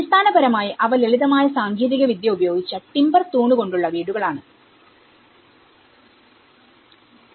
അടിസ്ഥാനപരമായി അവ ലളിതമായ സാങ്കേതിക വിദ്യ ഉപയോഗിച്ച ടിമ്പർ തൂണുകൾ കൊണ്ടുള്ള വീടുകൾ ആണ്